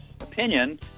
opinion